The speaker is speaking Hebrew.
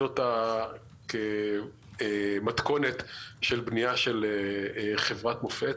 אותה כמתכונת של בנייה של חברת מופת,